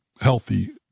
healthy